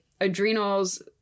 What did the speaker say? adrenals